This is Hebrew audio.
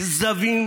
כזבים.